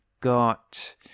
got